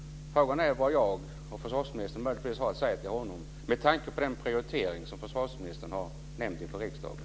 Frågan är vad jag och försvarsministern möjligtvis har att säga till honom med tanke på den prioritering som försvarsministern har talat om i riksdagen.